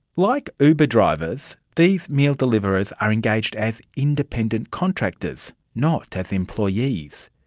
like uber drivers, these meal deliverers are engaged as independent contractors, not as employees.